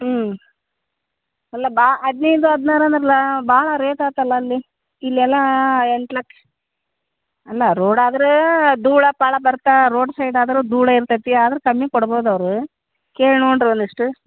ಹ್ಞೂ ಅಲ್ಲ ಬಾ ಹದ್ನೈದು ಹದ್ನಾರು ಅಂದರಲ್ಲ ಭಾಳ ರೇಟ್ ಆಯ್ತಲ್ಲ ಅಲ್ಲಿ ಇಲ್ಲೆಲ್ಲ ಎಂಟು ಲಕ್ಷ ಅಲ್ಲ ರೋಡ್ ಆದರೆ ಧೂಳು ಪಾಳು ಬರ್ತಾ ರೋಡ್ ಸೈಡ್ ಆದರೆ ಧೂಳೆ ಇರ್ತೈತಿ ಆದರೂ ಕಮ್ಮಿ ಕೊಡ್ಬೋದು ಅವರು ಕೇಳಿ ನೋಡ್ರೆ ಅಲ್ಲಿಷ್ಟು